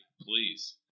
please